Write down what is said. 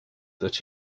that